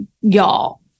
y'all